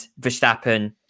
Verstappen